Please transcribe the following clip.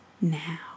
now